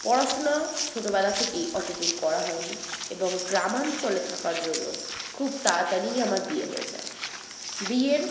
পড়াশুনা ছোটোবেলা থেকেই অতদূর করা হয় নি এবং গ্রামাঞ্চলে থাকার জন্য খুব তাড়াতাড়িই আমার বিয়ে হয়ে যায় বিয়ের